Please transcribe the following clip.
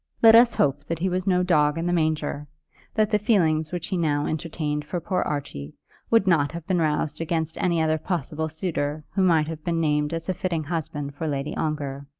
let us hope that he was no dog in the manger that the feelings which he now entertained for poor archie would not have been roused against any other possible suitor who might have been named as a fitting husband for lady ongar.